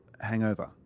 hangover